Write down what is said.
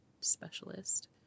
specialist